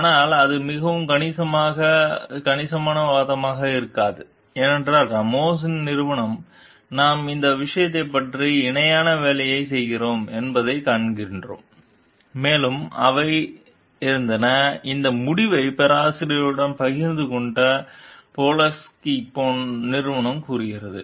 ஆனால் அது மிகவும் கணிசமான வாதமாக இருக்காது ஏனென்றால் ராமோஸின் நிறுவனம் நாம் இந்த விஷயத்தைப் பற்றி இணையான வேலைகளைச் செய்கிறோம் என்பதைக் காண்கிறோம் மேலும் அவை இருந்தன இந்த முடிவை பேராசிரியருடன் பகிர்ந்து கொண்டது போலின்ஸ்கி நிறுவனம் கூறுகிறது